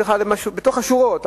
בתוך השורות,